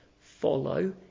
Follow